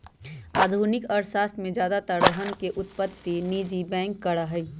आधुनिक अर्थशास्त्र में ज्यादातर धन उत्पत्ति निजी बैंक करा हई